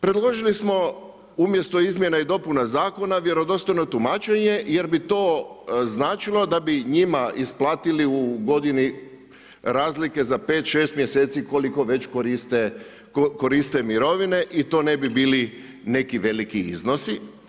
Predložili smo, umjesto izmjena i dopuna zakona vjerodostojno tumačenje jer bi to značilo da bi njima isplatili u godini razlike za 5,6 mjeseci, koliko već koriste mirovine i to ne bi bili neki veliki iznosi.